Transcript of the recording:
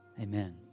Amen